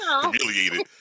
humiliated